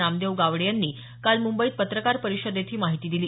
नामदेव गावडे यांनी काल मुंबईत पत्रकार परिषदेत ही माहिती दिली